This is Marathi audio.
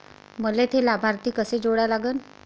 मले थे लाभार्थी कसे जोडा लागन?